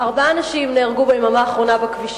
ארבעה אנשים נהרגו ביממה האחרונה בכבישים.